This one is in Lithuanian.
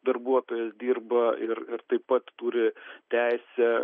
darbuotojas dirba ir ir taip pat turi teisę